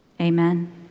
Amen